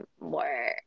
more